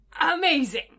amazing